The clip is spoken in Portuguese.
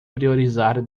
priorizar